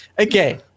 okay